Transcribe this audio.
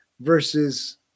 versus